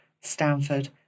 Stanford